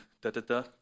da-da-da